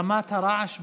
רמת הרעש באולם,